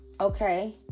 okay